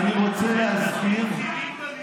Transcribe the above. אני רוצה להזכיר, בליכוד,